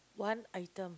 one item